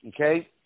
Okay